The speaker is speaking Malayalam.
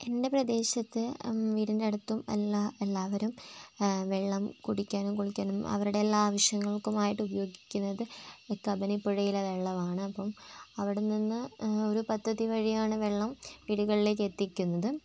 എൻ്റെ പ്രദേശത്ത് വീടിനടുത്തും എല്ലാ എല്ലാവരും വെള്ളം കുടിക്കാനും കുളിക്കാനും അവരുടെ എല്ലാ ആവശ്യങ്ങൾക്കുമായിട്ട് ഉപയോഗിക്കുന്നത് ഈ കബനി പുഴയിലെ വെള്ളവാണ് അപ്പം അവിടെനിന്ന് ഒരു പദ്ധതി വഴിയാണ് വെള്ളം വീടുകളിലേക്ക് എത്തിക്കുന്നത്